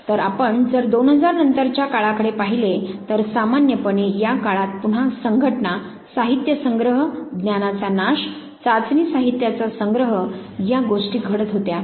तर आपण जर 2000 नंतरच्या काळाकडे पाहिले तर सामान्यपणे या काळात पुन्हा संघटना साहित्य संग्रह ज्ञानाचा नाश चाचणी साहित्यांचा संग्रह या गोष्टी घडत होत्या